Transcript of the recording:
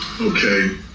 Okay